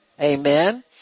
Amen